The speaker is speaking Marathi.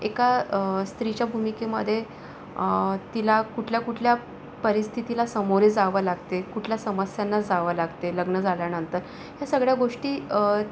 एका स्त्रीच्या भूमिकेमधे तिला कुठल्या कुठल्या परिस्थितीला सामोरे जावं लागते कुठल्या समस्यांना जावं लागते लग्न झाल्यानंतर ह्या सगळ्या गोष्टी